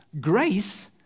Grace